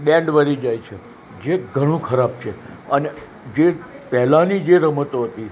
band વળી જાય છે જે ઘણું ખરાબ છે અને જે પહેલાંની જે રમતો હતી